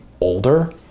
older